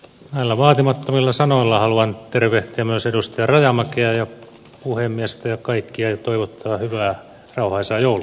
näillä vaatimattomilla sanoilla haluan tervehtiä myös edustaja rajamäkeä ja puhemiestä ja kaikkia ja toivottaa hyvää rauhaisaa joulua